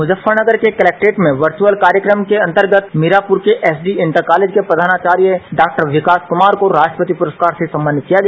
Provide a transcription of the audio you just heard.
मुजफ्फरनगर के कलेक्ट्रेट में वर्चअल कार्यक्रम के अंतर्गत मीरापुर के एसडी इंटर कॉलेज के प्रधानाचार्य डॉ विकास कुमार को राष्ट्रपति पुरस्कार से सम्मानित किया गया